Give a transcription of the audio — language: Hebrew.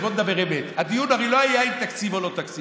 אז בואו נדבר אמת: הדיון הרי לא היה אם תקציב או לא תקציב,